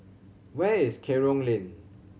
where is Kerong Lane